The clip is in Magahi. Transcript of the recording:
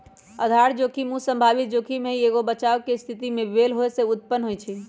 आधार जोखिम उ संभावित जोखिम हइ जे एगो बचाव के स्थिति में बेमेल होय से उत्पन्न होइ छइ